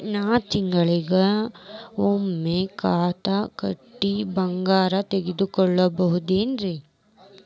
ನಾ ತಿಂಗಳಿಗ ಒಮ್ಮೆ ಕಂತ ಕಟ್ಟಿ ಬಂಗಾರ ತಗೋಬಹುದೇನ್ರಿ?